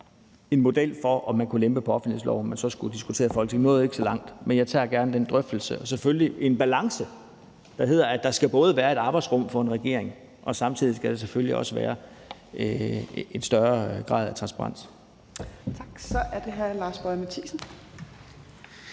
en model for at kunne lempe på offentlighedsloven, som man så skulle have diskuteret i Folketinget. Vi nåede jo ikke så langt, men jeg tager gerne den drøftelse. Og der er selvfølgelig en balance, der drejer sig om, at der både skal være et arbejdsrum for en regering og samtidig selvfølgelig også være en større grad af transparens.